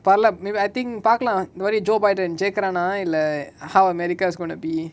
பரவால:paravala maybe I think பாகலா இந்தமாரி:paakala inthamari joe biden ஜெய்குரானா இல்ல:jeikuraana illa how america is gonna be